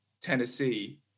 Tennessee